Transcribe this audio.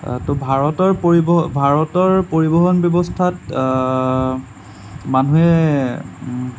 ত' ভাৰতৰ পৰিবহণ ভাৰতৰ পৰিবহণ ব্যৱস্থাত মানুহে